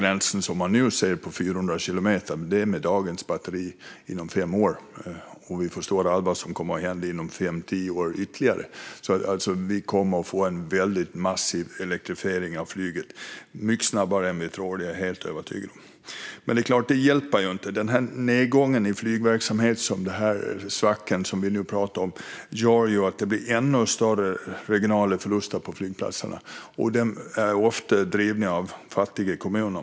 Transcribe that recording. Gränsen på 400 kilometer är med dagens batteri, men om fem tio år kommer vi att ha en massiv elektrifiering av flyget. Jag är helt övertygad om att det kommer att gå mycket snabbare än vi tror. Detta hjälper dock inte i den nuvarande svackan, som gör att det blir ännu större regionala förluster på flygplatserna. De drivs dessutom ofta av fattiga kommuner.